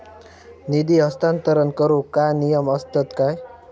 निधी हस्तांतरण करूक काय नियम असतत काय?